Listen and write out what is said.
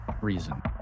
reason